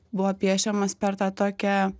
buvo piešiamas per tą tokią